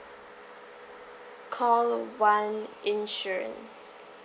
call one insurance